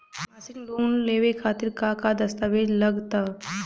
मसीक लोन लेवे खातिर का का दास्तावेज लग ता?